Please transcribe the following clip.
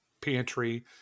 pantry